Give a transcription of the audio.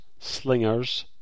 Slinger's